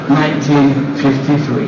1953